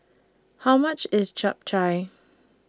How much IS Japchae